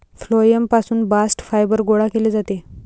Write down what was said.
phloem पासून bast fibre गोळा केले जाते